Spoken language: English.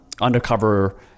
undercover